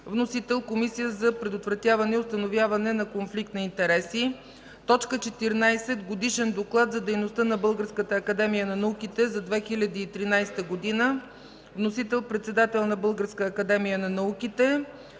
Вносител – Комисията за предотвратяване и установяване на конфликт на интереси. 14. Годишен доклад за дейността на Българската академия на науките за 2013 г. Вносител – председателят на Българската академия на науките.